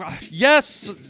Yes